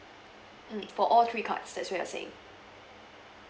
mm for all three cards that's what you were saying